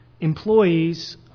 employees